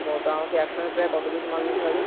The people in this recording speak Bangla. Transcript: ও তা আমাকে একসঙ্গে প্রায় কতো পিস মাল নিতে হবে